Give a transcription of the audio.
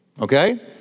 okay